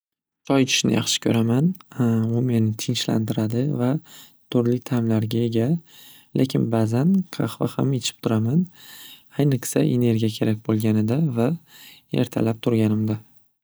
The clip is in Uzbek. Choy ichishni yaxshi ko'raman u meni tinchlantiradi va turli ta'mlarga ega lekin ba'zan qahva ham ichib turaman ayniqsa energiya kerak bo'lganida va ertalab turganimda.